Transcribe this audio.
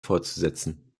fortzusetzen